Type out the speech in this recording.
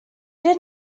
did